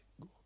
go